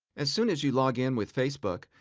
as soon as you log in with facebook,